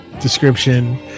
description